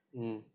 mm